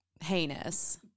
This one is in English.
heinous